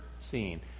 seen